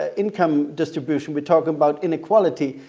ah income distribution. we're talking about inequality.